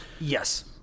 yes